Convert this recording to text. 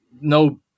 no